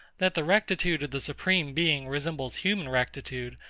that the rectitude of the supreme being resembles human rectitude,